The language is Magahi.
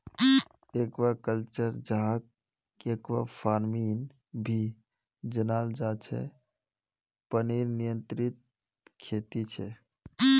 एक्वाकल्चर, जहाक एक्वाफार्मिंग भी जनाल जा छे पनीर नियंत्रित खेती छे